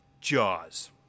Jaws